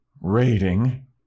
rating